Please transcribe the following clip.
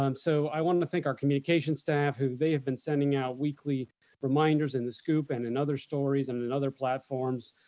um so i wanna thank our communication staff who they have been sending out weekly reminders in the scoop and in other stories and in and other platforms,